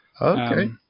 Okay